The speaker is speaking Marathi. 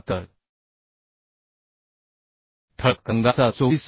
तर ठळक रंगाचा 24 मि